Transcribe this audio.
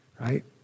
right